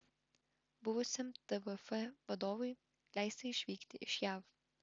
buvusiam tvf vadovui leista išvykti iš jav